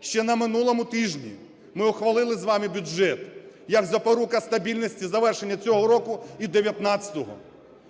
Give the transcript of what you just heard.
Ще на минулому тижні ми ухвалили з вами бюджет як запорука стабільності завершення цього року і 19-го.